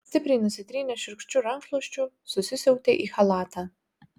stipriai nusitrynęs šiurkščiu rankšluosčiu susisiautė į chalatą